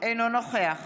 אינו נוכח